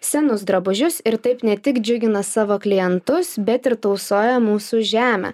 senus drabužius ir taip ne tik džiugina savo klientus bet ir tausoja mūsų žemę